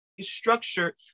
structured